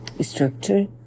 structure